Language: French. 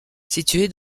situé